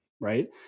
Right